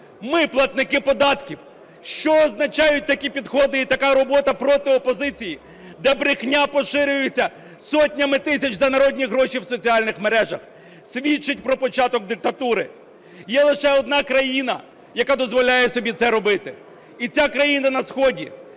Ми, платники податків. Що означають такі підходи і така робота проти опозиції, де брехня поширюється сотнями тисяч за народні гроші в соціальних мережах? Свідчить про початок диктатури. Є лише одна країна, яка дозволяє собі це робити. І ця країна на сході.